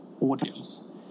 audience